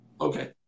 Okay